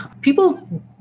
People